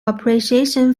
appreciation